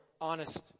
honest